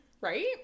Right